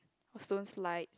what stone slides